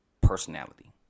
personality